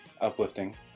uplifting